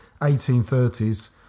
1830s